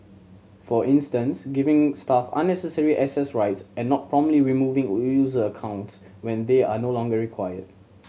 for instance giving staff unnecessary access rights and not promptly removing user accounts when they are no longer required